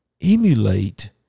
emulate